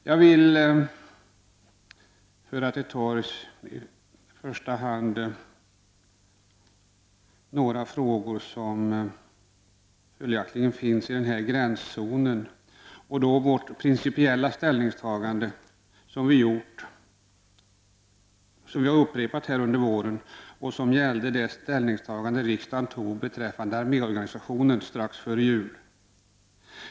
Jag vill föra till torgs i första hand några frågor som finns i denna gränszon, och det gäller det principiella ställningstagande som riksdagen gjorde beträffande arméorganisationen strax före jul.